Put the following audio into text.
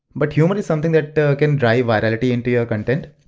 but humor is something that can drive viralty into your content.